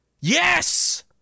Yes